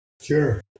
Sure